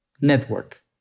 network